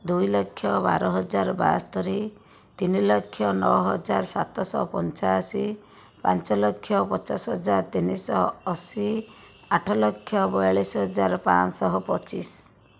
ଦୁଇଲକ୍ଷ ବାରହଜାର ବାସ୍ତରି ତିନିଲକ୍ଷ ନଅହଜାର ସାତଶହ ପଞ୍ଚାଅଶି ପାଞ୍ଚଲକ୍ଷ ପଚାଶହଜାର ତିନିଶହ ଅଶି ଆଠଲକ୍ଷ ବୟାଳିଶହଜାର ପାଞ୍ଚଶହ ପଚିଶ